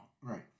Right